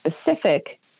specific